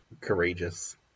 courageous